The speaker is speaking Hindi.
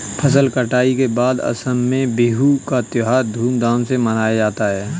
फसल कटाई के बाद असम में बिहू का त्योहार धूमधाम से मनाया जाता है